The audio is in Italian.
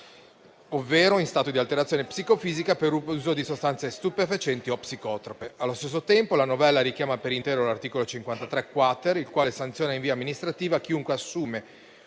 ovvero in stato di alterazione psicofisica per uso di sostanze stupefacenti o psicotrope. Allo stesso tempo, la novella richiama per intero l'articolo 53-*quater*, il quale sanziona in via amministrativa chiunque assume